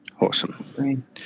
Awesome